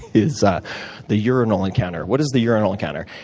is ah the urinal encounter. what is the urinal encounter?